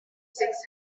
six